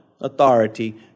authority